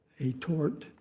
a tort,